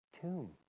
tomb